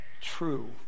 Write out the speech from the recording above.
true